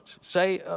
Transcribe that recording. Say